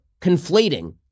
conflating